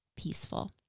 peaceful